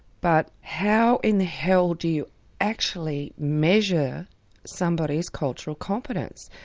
but how in the hell do you actually measure somebody's cultural competence?